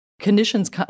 conditions